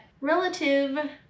relative